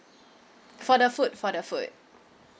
for the food for the food